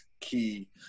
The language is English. key